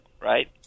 right